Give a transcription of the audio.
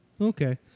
Okay